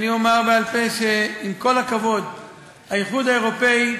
עם כל הכבוד, האיחוד האירופי,